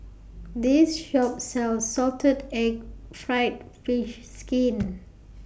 This Shop sells Salted Egg Fried Fish Skin